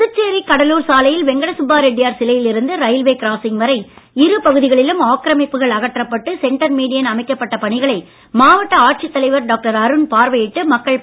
புதுச்சேரி கடலூர் சாலையில் வெங்கடசுப்பா ரெட்டியார் சிலையில் இருந்து ரயில்வே கிராசிங் வரை இரு பகுதிகளிலும் ஆக்கிரமிப்புகள் அகற்றப்பட்டு சென்டர் மீடியன் அமைக்கப்பட்ட பணிகளை மாவட்ட ஆட்சித் தலைவர் டாக்டர் அருண் பார்வையிட்டு மக்கள் பயன்பாட்டுக்கு வழங்கினார்